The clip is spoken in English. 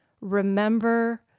remember